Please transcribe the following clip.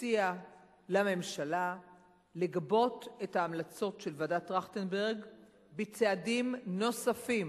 יציע לממשלה לגבות את ההמלצות של ועדת-טרכטנברג בצעדים נוספים